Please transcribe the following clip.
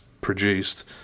produced